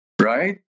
Right